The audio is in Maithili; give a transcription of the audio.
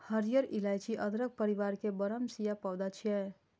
हरियर इलाइची अदरक परिवार के बरमसिया पौधा छियै